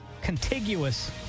contiguous